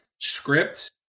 script